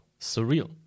Surreal